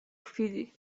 chwili